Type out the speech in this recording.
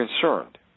concerned